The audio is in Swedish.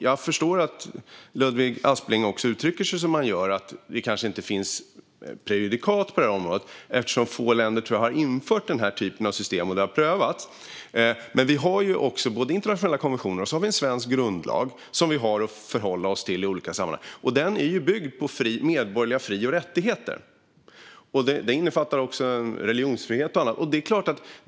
Jag förstår att Ludvig Aspling uttrycker sig så som han gör - att det kanske inte finns prejudikat på detta område eftersom få länder har infört och prövat denna typ av system. Vi har både internationella konventioner och en svensk grundlag att förhålla oss till i olika sammanhang. Den är byggd på medborgerliga fri och rättigheter som innefattar religionsfrihet och annat.